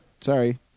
sorry